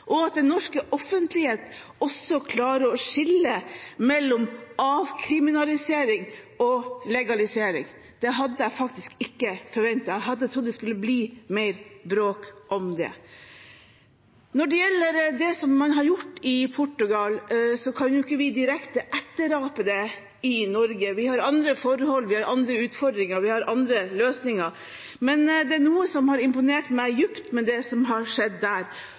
og at den norske offentlighet også klarer å skille mellom avkriminalisering og legalisering. Det hadde jeg faktisk ikke forventet. Jeg hadde trodd det skulle bli mer bråk om det. Når det gjelder det man har gjort i Portugal, kan ikke vi direkte etterape det i Norge. Vi har andre forhold, vi har andre utfordringer, vi har andre løsninger. Men det er noe som har imponert meg dypt med det som har skjedd der,